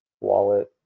wallet